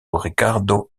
ricardo